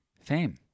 fame